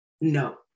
no